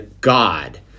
God